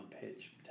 pitch